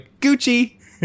gucci